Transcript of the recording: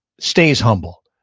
stays humble.